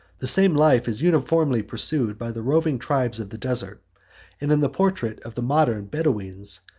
the same life is uniformly pursued by the roving tribes of the desert and in the portrait of the modern bedoweens,